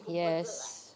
yes